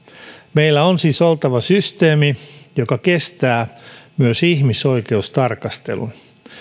meillä on siis oltava systeemi joka kestää myös ihmisoikeustarkastelun